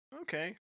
Okay